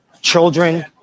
Children